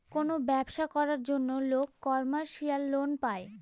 কোনো ব্যবসা করার জন্য লোক কমার্শিয়াল লোন পায়